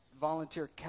volunteer